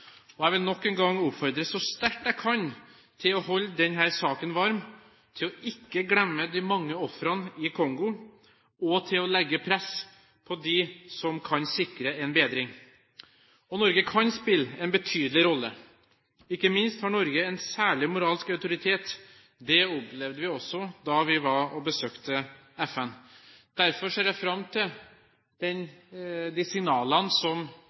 EU. Jeg vil nok en gang, så sterkt jeg kan, oppfordre til å holde denne saken varm, til ikke å glemme de mange ofrene i Kongo, og til å legge press på dem som kan sikre en bedring. Norge kan spille en betydelig rolle. Ikke minst har Norge en særlig moralsk autoritet. Det opplevde vi også da vi besøkte FN. Derfor ser jeg fram til at de signalene som